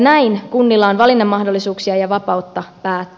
näin kunnilla on valinnan mahdollisuuksia ja vapautta päättää